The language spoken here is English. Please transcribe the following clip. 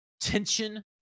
tension